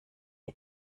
ihr